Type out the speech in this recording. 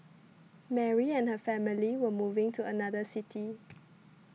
Mary and her family were moving to another city